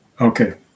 Okay